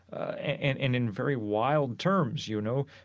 and and in very wild terms. you know,